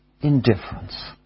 indifference